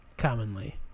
Commonly